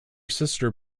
sister